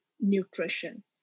nutrition